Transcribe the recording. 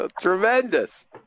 tremendous